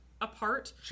apart